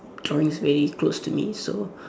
drawing is very close to me so